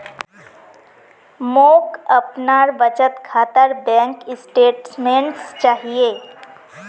मोक अपनार बचत खातार बैंक स्टेटमेंट्स चाहिए